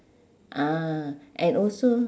ah and also